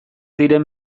diren